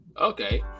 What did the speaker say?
Okay